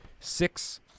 six